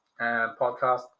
podcast